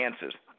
chances